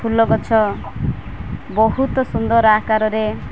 ଫୁଲ ଗଛ ବହୁତ ସୁନ୍ଦର ଆକାରରେ